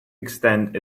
extend